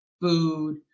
food